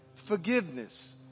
Forgiveness